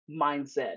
mindset